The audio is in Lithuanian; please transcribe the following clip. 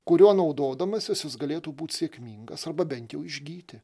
kuriuo naudodamasis jis galėtų būt sėkmingas arba bent jau išgyti